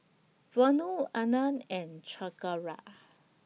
Vanu Anand and Chengara